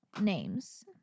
names